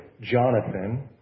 Jonathan